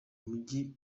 mujyi